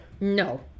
No